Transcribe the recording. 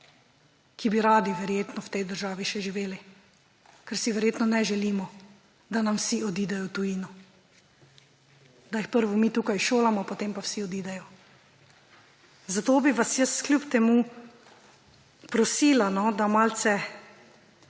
ki bi radi verjetno v tej državi še živeli, ker si verjetno ne želimo, da nam vsi odidejo v tujino, da jih prvo mi tukaj šolamo, potem pa vsi odidejo. Zato bi vas jaz kljub temu prosila, da malce